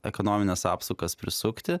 ekonomines apsukas prisukti